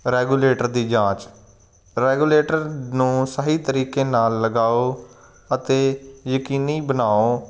regulator ਦੀ ਜਾਂਚ regulator ਨੂੰ ਸਹੀ ਤਰੀਕੇ ਨਾਲ ਲਗਾਓ ਅਤੇ ਯਕੀਨੀ ਬਣਾਓ